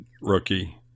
rookie